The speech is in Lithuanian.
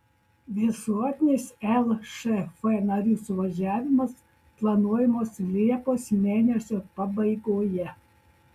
visuotinis lšf narių suvažiavimas planuojamas liepos mėnesio pabaigoje